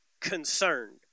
concerned